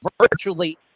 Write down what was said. virtually